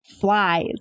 flies